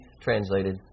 translated